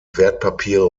wertpapiere